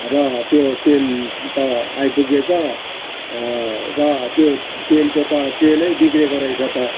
र त्यो प्यान्ट त आइपुगेछ र त्यो पेनको त चेन नै बिग्रिएको रहेछ त